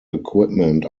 equipment